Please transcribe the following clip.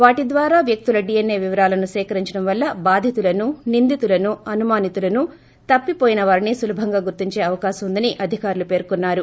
వాటి ద్వారా వ్వక్తుల డీఎన్ఏ వివరాలను సేకరించడం వల్ల బాధితులను నిందితులను అనుమానితులను తప్పిపోయిన వారిని సులభంగా గుర్తించే అవకాశం ఉందని అధికారులు పెర్కున్నారు